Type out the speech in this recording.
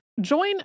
Join